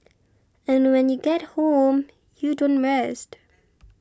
and when you get home you don't rest